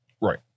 Right